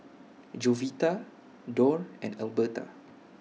Jovita Dorr and Elberta